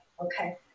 okay